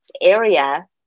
area